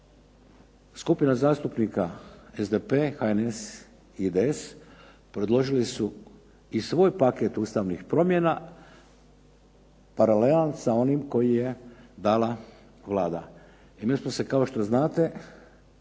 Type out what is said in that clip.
Skupina zastupnika SDP, HNS, IDS predložili su i svoj paket ustavnih promjena paralelan sa onim koji je dala Vlada.